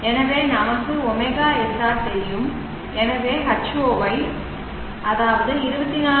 எனவேநமக்கு ωsr தெரியும் எனவே H0 ஐ 24x1